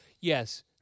Yes